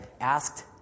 asked